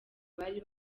bari